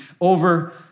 over